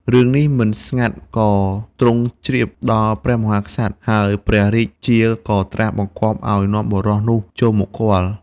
រឿងនេះមិនស្ងាត់ ក៏ទ្រង់ជ្រាបដល់ព្រះមហាក្សត្រ ហើយព្រះរាជាក៏ត្រាស់បង្គាប់ឱ្យនាំបុរសនោះចូលមកគាល់។